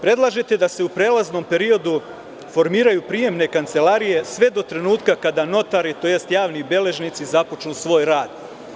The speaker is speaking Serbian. Predlažete da se u prelaznom periodu formiraju prijemne kancelarije sve do trenutka kada notaritj. javni beležnici započnu svoj rad.